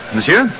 Monsieur